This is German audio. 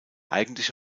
eigentliche